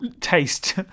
taste